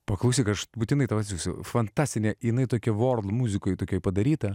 paklausyk aš būtinai tau atsiųsiu fantastinė jinai tokia vorm muzikoj tokioj padaryta